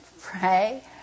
pray